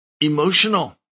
Emotional